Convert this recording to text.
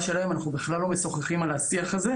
שלהם ואנחנו בכלל לא משוחחים על זה.